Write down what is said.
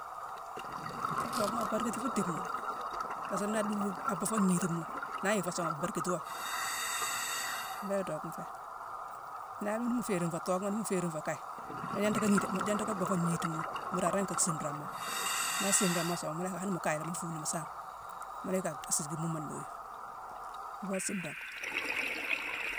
Tookhma abarkiti fu dickma. Parsk naa aduubune abuu fo ngnitima, naa yick fo song, abarkiwo. Mbééla tookhma fé. nayilema ni mu féé rinfo, tookhma ni mu féé rinfo kaye, mu gnanta ka gnita-mu gnanta ka bheufo ngnitima, mbuura aringi ka simra mo. Naa asimra mo song, mu yick ani mu kaye lé, mu fuune mu saame, mu la yick a sickimo-mo anoyi. Mbuugune asimrane